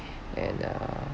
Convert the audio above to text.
and uh